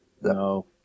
No